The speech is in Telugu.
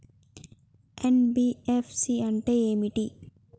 ఎన్.బి.ఎఫ్.సి అంటే ఏమిటి?